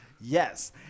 Yes